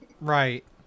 Right